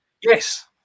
Yes